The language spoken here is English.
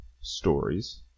stories